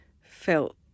felt